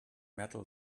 metal